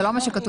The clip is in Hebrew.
זה לא מה שכתוב.